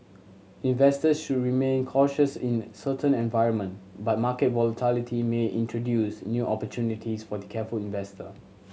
investors should remain cautious in this uncertain environment but market volatility may introduce new opportunities for the careful investor